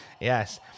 Yes